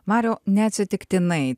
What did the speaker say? mariau neatsitiktinai